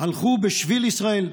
שהלכו בשביל ישראל,